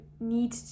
need